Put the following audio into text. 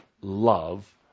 love